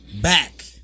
back